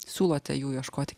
siūlote jų ieškoti